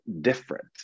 different